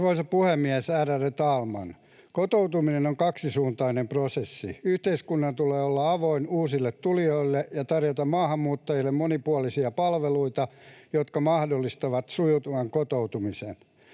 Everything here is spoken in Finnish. Arvoisa puhemies, ärade talman! Kotoutuminen on kaksisuuntainen prosessi. Yhteiskunnan tulee olla avoin uusille tulijoille ja tarjota maahanmuuttajille monipuolisia palveluita, jotka mahdollistavat sujuvan kotoutumisen